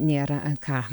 nėra ką